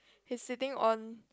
he's sitting on